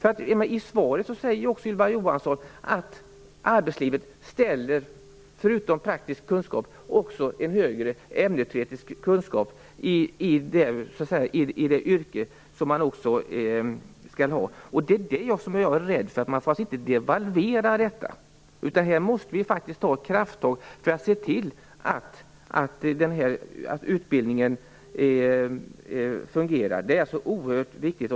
I svaret säger Ylva Johansson att arbetslivet förutom krav på praktisk kunskap också ställer krav på högre ämnesteoretisk kunskap i det yrke som man skall ha. Man får inte devalvera detta. Det är det jag är rädd för. Här måste vi ta krafttag för att se till att utbildningen fungerar. Det är oerhört viktigt.